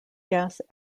gas